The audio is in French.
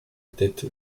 tête